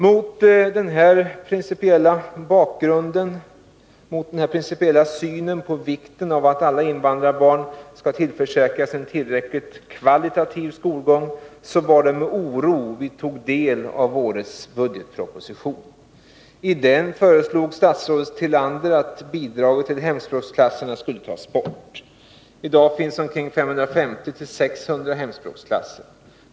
Mot bakgrund av denna principiella syn och vikten av att alla invandrarbarn tillförsäkras en tillräckligt hög kvalitet på sin skolgång var det med oro vi tog del av årets budgetproposition. I den föreslog statsrådet Tillander att bidraget till hemspråksklasserna skulle tas bort. I dag finns 550-600 hemspråksklasser.